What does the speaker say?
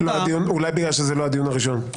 אולי בגלל שזה לא הדיון הראשון.